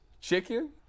chicken